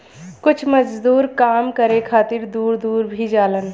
कुछ मजदूर काम करे खातिर दूर दूर भी जालन